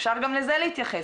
אפשר גם לזה להתייחס.